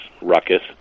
ruckus